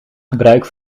gebruik